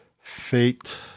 fate